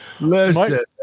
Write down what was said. listen